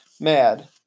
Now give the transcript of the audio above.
mad